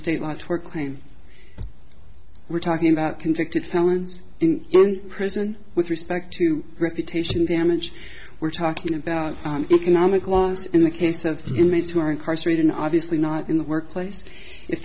state law tort claim we're talking about convicted felons in prison with respect to reputation damage we're talking about economic loss in the case of inmates who are incarcerated obviously not in the workplace if